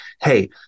hey